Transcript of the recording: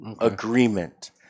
agreement